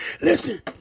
Listen